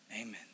amen